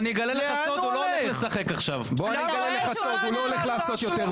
לאן השר הלך?